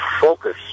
focus